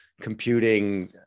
computing